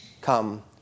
come